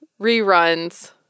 reruns